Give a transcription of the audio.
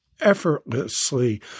effortlessly